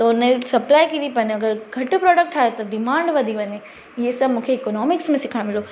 त उन जी सप्लाए किरी पने अगरि घटि प्रोडक्ट ठाहे त डिमांड वधी वञे इहे सभु मूंखे इकोनॉमिक्स में सिखणु मिलियो